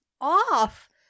off